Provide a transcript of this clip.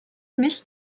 nicht